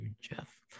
Jeff